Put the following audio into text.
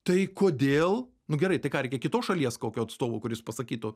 tai kodėl nu gerai tai ką reikia kitos šalies kokio atstovo kuris pasakytų